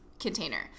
container